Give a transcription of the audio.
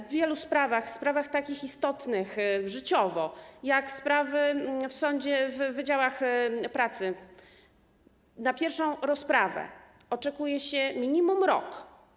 W wielu sprawach, sprawach istotnych życiowo, takich jak sprawy w sądzie w wydziałach pracy, na pierwszą rozprawę oczekuje się minimum rok.